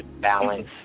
balance